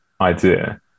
idea